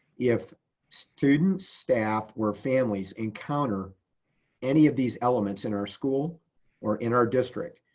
if students, staff, or families encounter any of these elements in our school or in our district,